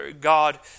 God